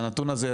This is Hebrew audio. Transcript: הנתון הזה,